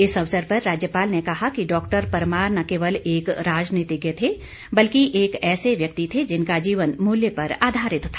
इस अवसर पर राज्यपाल ने कहा कि डॉक्टर परमार न केवल एक राजनीतिज्ञ थे बल्कि एक ऐसे व्यक्ति थे जिनका जीवन मुल्य पर आधारित था